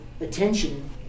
attention